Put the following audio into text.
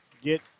get